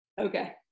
okay